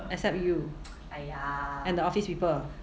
except you and the office people